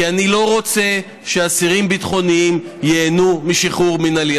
כי אני לא רוצה שאסירים ביטחוניים ייהנו משחרור מינהלי.